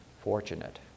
fortunate